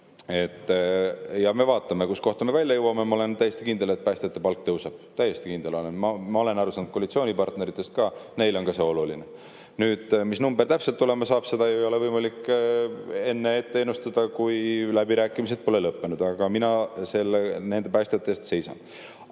Me vaatame, kuhu me välja jõuame. Ma olen täiesti kindel, et päästjate palk tõuseb. Täiesti kindel olen! Olen ka koalitsioonipartneritest aru saanud, et neilegi on see oluline. Mis number täpselt olema saab, seda ei ole võimalik enne ette ennustada, kui läbirääkimised pole lõppenud. Ent mina päästjate eest seisan.